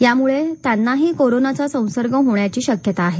यामुळे त्यांनाही कोरोनाचा संसर्ग होण्याची शक्यता आहे